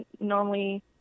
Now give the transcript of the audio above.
normally